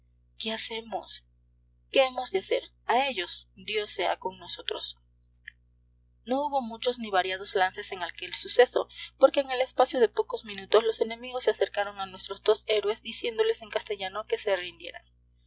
qué hacemos qué hemos de hacer a ellos dios sea con nosotros no hubo muchos ni variados lances en aquel suceso porque en el espacio de pocos minutos los enemigos se acercaron a nuestros dos héroes diciéndoles en castellano que se rindieran